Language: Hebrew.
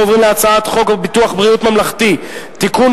אנחנו עוברים להצעת חוק ביטוח בריאות ממלכתי (תיקון,